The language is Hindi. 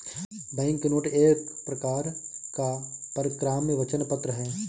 बैंकनोट एक प्रकार का परक्राम्य वचन पत्र है